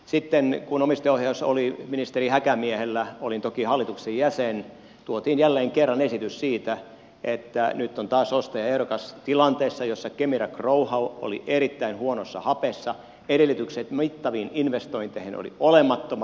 sitten kun omistajaohjaus oli ministeri häkämiehellä olin toki hallituksen jäsen tuotiin jälleen kerran esitys siitä että nyt on taas ostajaehdokas tilanteessa jossa kemira growhow oli erittäin huonossa hapessa edellytykset mittaviin investointeihin olivat olemattomat